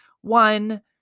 one